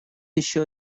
еще